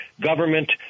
government